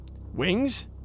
Wings